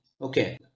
okay